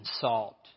salt